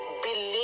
believe